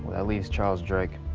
that leaves charles drake.